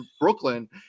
Brooklyn